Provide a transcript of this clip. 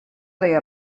deia